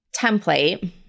template